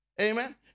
amen